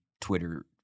Twitter